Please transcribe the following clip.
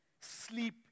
sleep